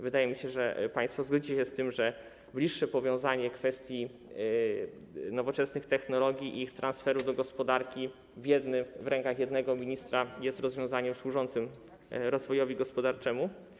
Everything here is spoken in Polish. Wydaje mi się, że państwo zgodzicie się z tym, że bliższe powiązanie kwestii nowoczesnych technologii i ich transferu do gospodarki oraz skupienie tego w rękach jednego ministra jest rozwiązaniem służącym rozwojowi gospodarczemu.